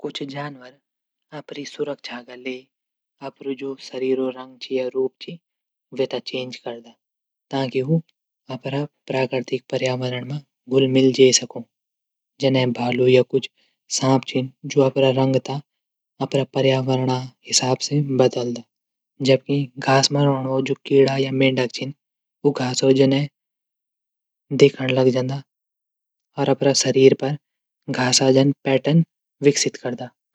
कुछ जानवर अपडी सुरक्षा लेकी अपड शरीर रंग च या रूप च वे थे चैंज करदा। ताकि उ अपडा पर्यावरण मा घुल मिल जै सकदू। जनकि जू भालू या सांप छन जू अपडा रंग थै पर्यावरण हिसाब से बदलद। जबकि घास मा रैंणू वाला कीडा। मेढक छन उ घास जनो दिखण रैंदिन। और अपड शरीर पर घास जन पैटर्न विकसित करदा।